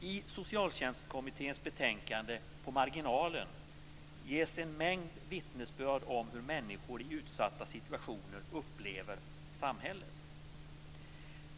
I Socialtjänstkommitténs betänkande På marginalen ges en mängd vittnesbörd om hur människor i utsatta situationer upplever samhället.